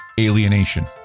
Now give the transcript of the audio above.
alienation